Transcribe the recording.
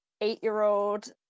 eight-year-old